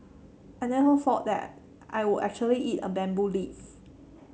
I never thought that I I would actually eat a bamboo leaf